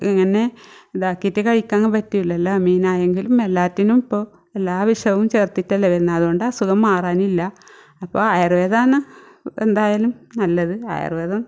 ഇങ്ങനെ ഇതാക്കീട്ട് കഴിക്കാൻ പറ്റുല്ലല്ലോ മീനയെങ്കിലും എല്ലാറ്റിനും ഇപ്പോൾ എല്ലാ വിഷവും ചേർത്തിട്ടല്ലേ വരുന്നത് അതുകൊണ്ട് അസുഖം മാറാനില്ല അപ്പോൾ ആയുർവേദമെന്ന് എന്തായാലും നല്ലത് ആയുർവേദം